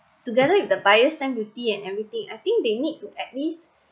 together with the buyer's stamp duty and everything I think they need to at least